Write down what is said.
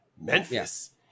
Memphis